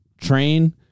train